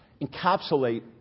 encapsulate